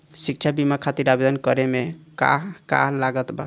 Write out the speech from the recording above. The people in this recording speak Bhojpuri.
शिक्षा बीमा खातिर आवेदन करे म का का लागत बा?